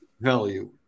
Value